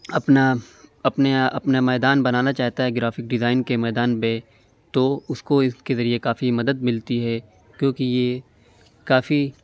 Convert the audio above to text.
اپنا اپنے اپنا میدان بنانا چاہتا ہے گرافک ڈیزائن کے میدان پہ تو اُس کو اِس کے ذریعے کافی مدد ملتی ہے کیوں کہ یہ کافی